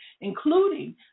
including